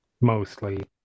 Mostly